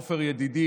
עופר ידידי,